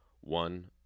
One